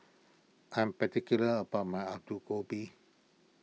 I am particular about my Alu Gobi